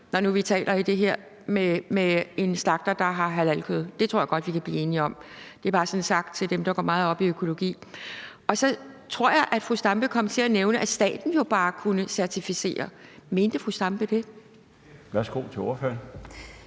nu vi taler om det her med en slagter, der har halalkød. Det tror jeg godt vi kan blive enige om. Det er bare sådan sagt til dem, der går meget op i økologi. Så tror jeg, at fru Zenia Stampe kom til at nævne, at staten jo bare kunne certificere det. Mente fru Zenia Stampe det? Kl. 16:51 Den